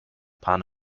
pan